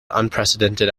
unprecedented